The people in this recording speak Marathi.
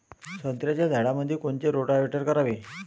संत्र्याच्या झाडामंदी कोनचे रोटावेटर करावे?